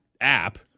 app